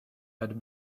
had